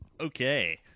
Okay